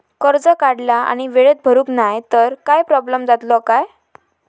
कर्ज काढला आणि वेळेत भरुक नाय तर काय प्रोब्लेम जातलो काय?